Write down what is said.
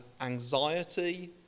anxiety